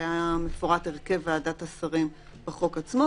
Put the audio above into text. היה מפורט הרכב ועדת השרים בחוק עצמו,